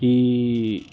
ఈ